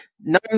No